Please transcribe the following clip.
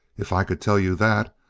if i could tell you that,